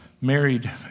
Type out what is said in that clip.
married